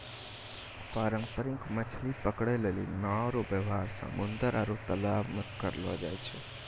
पारंपरिक मछली पकड़ै लेली नांव रो वेवहार समुन्द्र आरु तालाश मे करलो जाय छै